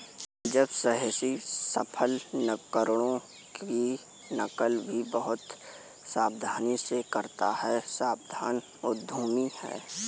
जब साहसी सफल नवकरणों की नकल भी बहुत सावधानी से करता है सावधान उद्यमी है